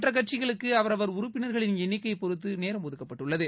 மற்ற கட்சிகளுக்கு அவரவர் உறப்பினர்களின் எண்ணிக்கையை பொறுத்து நேரம் ஒதுக்கப்பட்டுள்ளது